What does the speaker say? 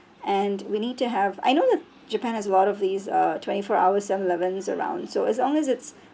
and we need to have I know that japan has one of these uh twenty four hours elevens around so as long it's